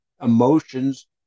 emotions